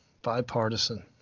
bipartisan